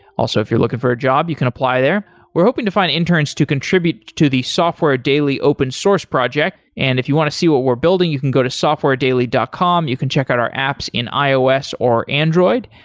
also if you're looking for a job you can apply there we're hoping to find interns to contribute to the software daily open source project. and if you want to see what we're building, you can go to softwaredaily dot com. you can check out our apps in ios or android.